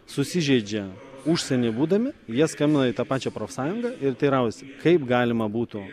susižeidžia užsienyje būdami jie skambina į tą pačią profsąjungą ir teiraujasi kaip galima būtų